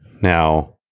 Now